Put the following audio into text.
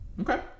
Okay